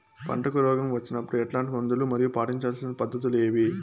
పంటకు రోగం వచ్చినప్పుడు ఎట్లాంటి మందులు మరియు పాటించాల్సిన పద్ధతులు ఏవి?